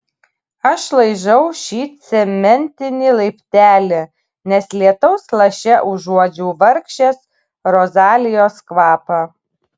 aš laižau šį cementinį laiptelį nes lietaus laše užuodžiau vargšės rozalijos kvapą